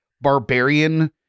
barbarian